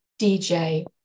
DJ